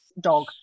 dog